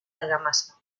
argamasa